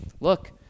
Look